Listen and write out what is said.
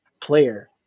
player